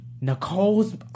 Nicole's